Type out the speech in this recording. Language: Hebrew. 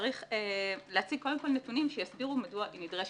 צריך להציג קודם כל נתונים שיסבירו מדוע נדרשת.